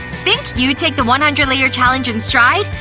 think you'd take the one hundred layer challenge in stride?